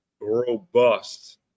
robust